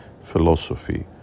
philosophy